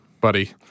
buddy